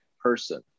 person